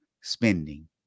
spending